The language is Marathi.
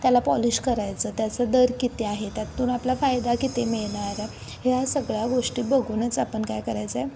त्याला पॉलिश करायचं त्याचं दर किती आहे त्यातून आपला फायदा किती मिळणार ह्या सगळ्या गोष्टी बघूनच आपण काय करायचं आहे